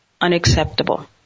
unacceptable